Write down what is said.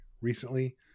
recently